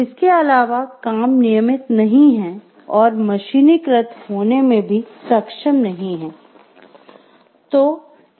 इसके अलावा काम नियमित नहीं है और मशीनीकृत होने में भी सक्षम नहीं है